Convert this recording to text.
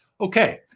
Okay